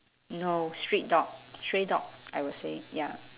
no street dog stray dog I will say ya